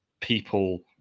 people